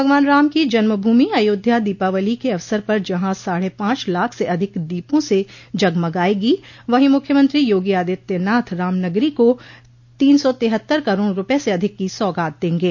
भगवान राम की जन्म भूमि अयोध्या दीपावली के अवसर पर जहां साढ़े पांच लाख से अधिक दीपों से जगमगायेगी वहीं मुख्यमंत्री योगी आदित्यनाथ रामनगरी का तीन सौ तिहत्तर करोड़ रूपये से अधिक की सौगात देंगे